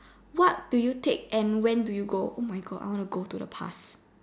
what do you take and when do you go oh my God I want to go to the past